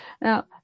Now